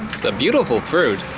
it's a beautiful fruit.